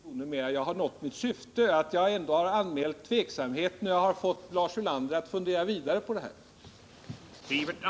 Herr talman! Jag skall inte fortsätta diskussionen längre. Jag har nått mitt syfte: jag har anmält min tveksamhet, och jag har fått Lars Ulander att fundera vidare på detta.